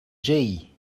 zee